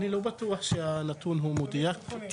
לא בטוח שהנתון הזה מדויק.